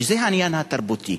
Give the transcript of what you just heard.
וזה העניין התרבותי.